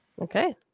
Okay